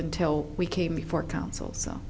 until we came before council so